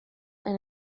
and